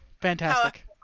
fantastic